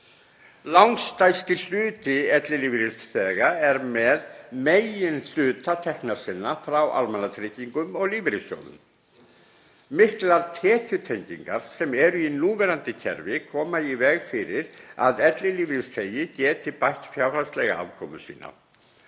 Langstærsti hluti ellilífeyrisþega er með megin hluta tekna sinna frá almannatryggingum og lífeyrissjóðum. Miklar tekjutengingar sem eru í núverandi kerfi koma í vega fyrir að ellilífeyrisþegi geti bætt fjárhagslega afkomu sína.